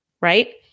Right